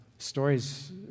Stories